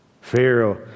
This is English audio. Pharaoh